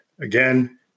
Again